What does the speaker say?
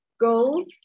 goals